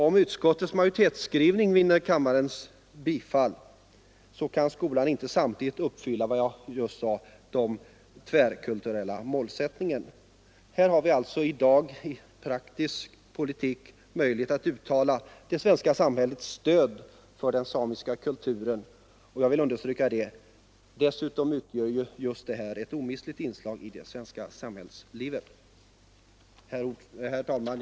Om utskottsmajoritetens skrivning vinner kammarens bifall kan Samernas folkhögskola inte uppfylla de tvärkulturella målsättningar som jag talat om. Här har vi alltså i dag en möjlighet att i praktisk politik ge uttryck för det svenska samhällets stöd åt den samiska kulturen. Jag vill understryka att denna utgör ett viktigt inslag i det svenska samhällslivet. Herr talman!